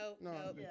no